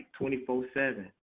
24-7